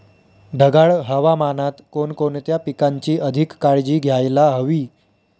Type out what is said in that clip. ढगाळ हवामानात कोणकोणत्या पिकांची अधिक काळजी घ्यायला हवी?